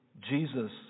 Jesus